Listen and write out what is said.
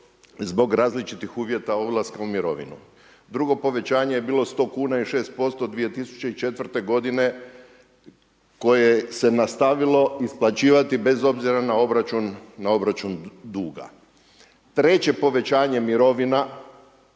zbog različitih uvjeta odlaska u mirovinu. Drugo povećanje je bilo 100 kuna i 6% 2004. godine koje se nastavilo isplaćivati bez obzira na obračun duga. Treće povećanje mirovina